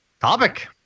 Topic